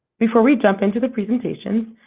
before we jump into the presentation,